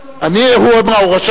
הוא לא אמור לענות,